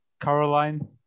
Caroline